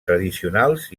tradicionals